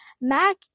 mac